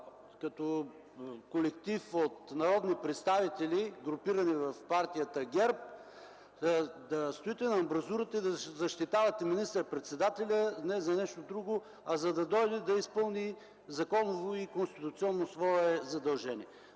като колектив от народни представители, групирани в Партията ГЕРБ, да стоите на амбразурата и да защитавате министър-председателя не за нещо друго, а за да дойде да изпълни законово и конституционно свое задължение.